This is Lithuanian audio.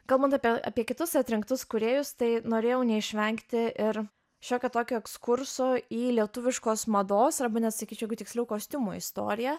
kalbant apie apie kitus atrinktus kūrėjus tai norėjau neišvengti ir šiokio tokio ekskurso į lietuviškos mados arba net sakyčiau jeigu tiksliau kostiumų istoriją